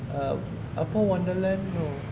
ah apa wonderland no